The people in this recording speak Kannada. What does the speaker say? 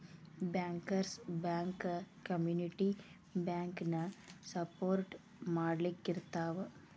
ಬ್ಯಾಂಕರ್ಸ್ ಬ್ಯಾಂಕ ಕಮ್ಯುನಿಟಿ ಬ್ಯಾಂಕನ ಸಪೊರ್ಟ್ ಮಾಡ್ಲಿಕ್ಕಿರ್ತಾವ